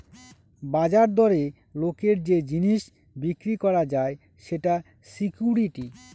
বাজার দরে লোকের যে জিনিস বিক্রি করা যায় সেটা সিকুইরিটি